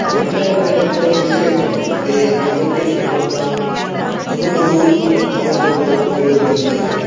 વિજ્ઞાન અને ટેકનોલોજી છે એ આરોગ્ય સંભાળમાં ઘણો બધો મહત્ત્વનો રોલ ભજવે છે